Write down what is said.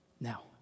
Now